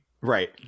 Right